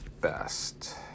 best